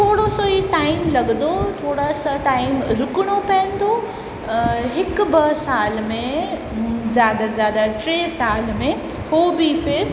थोरोसो ई टाइम लॻंदो थोरा सां टाइम रुकणो पवंदो हिकु ॿ साल में ज़्यादा सां ज़्यादा टे साल में उहो बि फिर